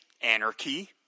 Anarchy